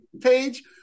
page